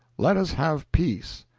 let us have peace,